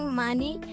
money